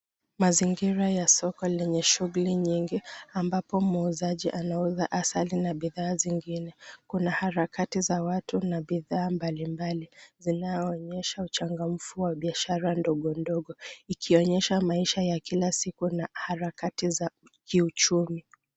Mzingira ya soko lenye shughuli nyingi ambapo muuzaji anauza asali na bidhaa zingine. Kuna harakati za watu na bidhaa mbali mbali zinaoonyesha uchangamfu wa biashara ndogo ndogo ikionyesha maisha ya kila siku na harakati za kiuchumi.